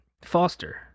Foster